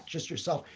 just yourself.